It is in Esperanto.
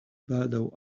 baldaŭ